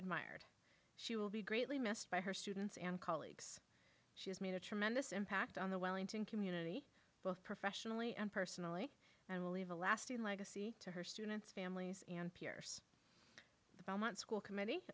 admired she will be greatly missed by her students and colleagues she has made a tremendous impact on the wellington community both professionally and personally and will leave a lasting legacy to her students families and peers the belmont school committee